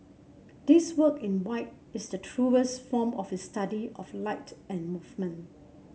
this work in white is the truest form of his study of light and movement